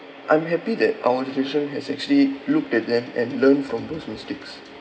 I'm happy that our generation has actually looked at them and learn from those mistakes